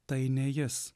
tai ne jis